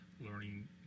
learning